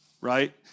right